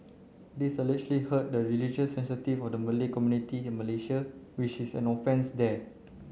this allegedly hurt the religious sensitivities of the Malay community in Malaysia which is an offence there